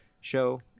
show